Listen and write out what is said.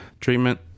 treatment